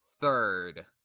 third